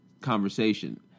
conversation